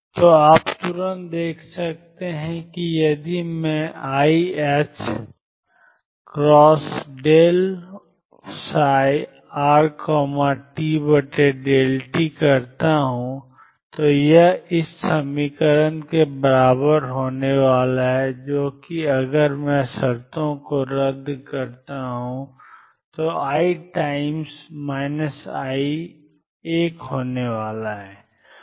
और आप तुरंत देख सकते हैं कि यदि मैं iℏ∂ψrt∂t करता हूं तो यह nCnnriℏ iEne iEnt के बराबर होने वाला है जो कि अगर मैं शर्तों को रद्द करता हूं तो i टाइम्स i 1 है